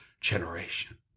generation